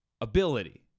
ability